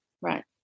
Right